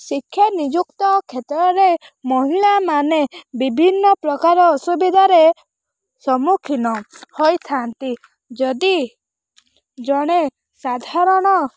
ଶିକ୍ଷା ନିଯୁକ୍ତ କ୍ଷେତ୍ରରେ ମହିଳାମାନେ ବିଭିନ୍ନ ପ୍ରକାର ଅସୁବିଧାରେ ସମୁଖୀନ ହୋଇଥାନ୍ତି ଯଦି ଜଣେ ସାଧାରଣ